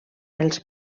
els